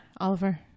Oliver